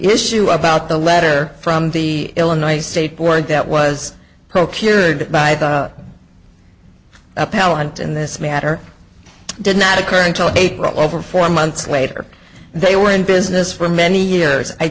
issue about the letter from the illinois state board that was procured by appellant in this matter did not occur until april over four months later they were in business for many years i